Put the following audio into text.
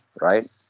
right